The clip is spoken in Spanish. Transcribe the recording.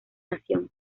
nación